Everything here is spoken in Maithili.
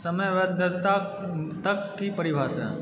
समयवद्धताके की परिभाषा